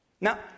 Now